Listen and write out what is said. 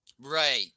Right